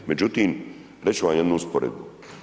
Međutim, reći ću vam jednu usporedbu.